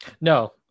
No